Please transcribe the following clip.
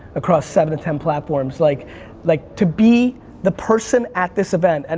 across seven to ten platforms. like like to be the person at this event, and